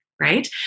right